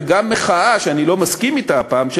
וגם מחאה שאני לא מסכים אתה הפעם של